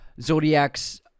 Zodiac's